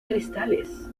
cristales